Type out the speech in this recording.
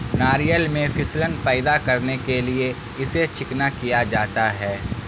ناریل میں پھسلن پیدا کرنے کے لیے اسے چکنا کیا جاتا ہے